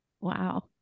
Wow